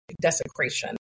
desecration